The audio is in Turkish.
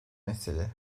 mesele